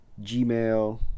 Gmail